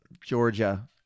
Georgia